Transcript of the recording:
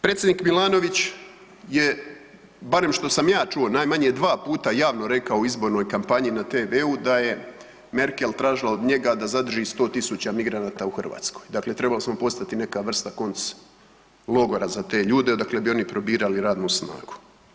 Predsjednik Milanović je barem što sam ja čuo najmanje dva puta javno rekao u izbornoj kampanji na tv-u da je Merkel tražila od njega da zadrži 100.000 migranata u Hrvatskoj, dakle trebali smo postati neka vrsta konclogora za te ljude odakle bi oni probirali radnu snagu.